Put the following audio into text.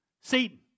Satan